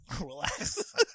Relax